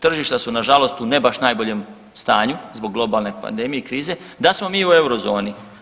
Tržišta su na žalost u ne baš najboljem stanju zbog globalne pandemije, krize da smo mi u euro zoni.